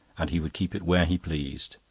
and he would keep it where he pleased.